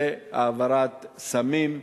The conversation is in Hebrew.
והעברת סמים,